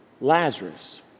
Lazarus